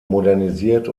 modernisiert